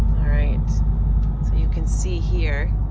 right. so you can see here.